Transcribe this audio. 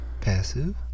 Passive